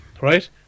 right